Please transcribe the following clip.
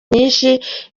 nyinshi